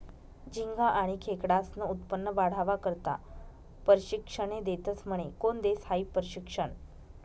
झिंगा आनी खेकडास्नं उत्पन्न वाढावा करता परशिक्षने देतस म्हने? कोन देस हायी परशिक्षन?